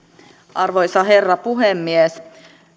arvoisa herra puhemies